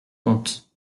compte